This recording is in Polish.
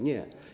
Nie.